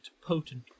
potent